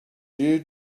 you